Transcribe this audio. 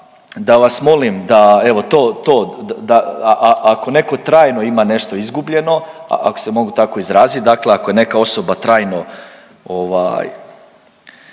da, evo to, ako netko trajno ima nešto izgubljeno, ako se mogu tako izraziti, dakle ako je neka osoba trajno